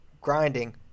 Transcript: grinding